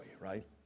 Right